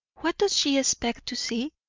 what does she expect to see?